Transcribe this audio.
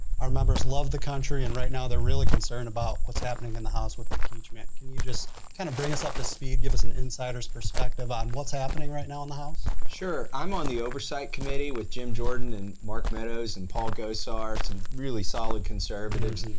our members love the country and right now they're really concerned about what's happening in the house with impeachment, can you just kind of bring us up to speed, give us an insider's perspective on what's happening right now in the house? sure, i'm on the oversight committee with jim jordan and mark meadows and paul gosar, some really solid conservatives,